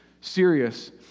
serious